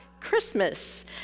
Christmas